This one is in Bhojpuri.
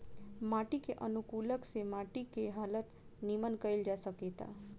माटी के अनुकूलक से माटी के हालत निमन कईल जा सकेता